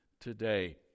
today